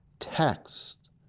text